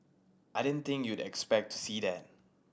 I didn't think you'd expect to see that